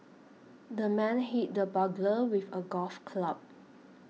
the man hit the burglar with a golf club